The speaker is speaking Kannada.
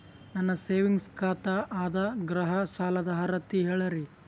ನನ್ನ ಸೇವಿಂಗ್ಸ್ ಖಾತಾ ಅದ, ಗೃಹ ಸಾಲದ ಅರ್ಹತಿ ಹೇಳರಿ?